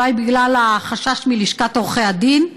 אולי בגלל החשש מלשכת עורכי הדין.